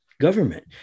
government